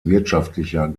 wirtschaftlicher